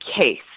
case